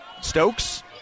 Stokes